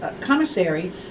commissary